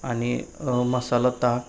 आणि मसाला ताक